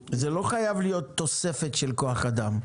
זה לא חייב להיות תוספת של כוח אדם.